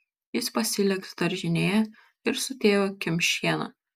jis pasiliks daržinėje ir su tėvu kimš šieną